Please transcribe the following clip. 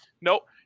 nope